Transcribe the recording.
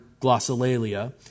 glossolalia